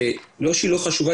לא שהיא לא חשובה,